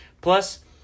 plus